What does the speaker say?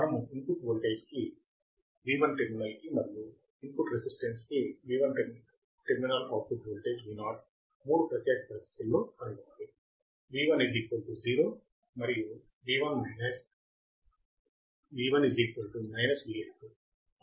మనము input voltage కి V1 terminal కి మరియు ఇన్పుట్ రెసిస్టెన్స్ కి V1 terminal output voltage VO మూడు ప్రత్యెక పరిస్థితులలో కనుగొనాలి V1 0 మరియు V1 V i2 అవునా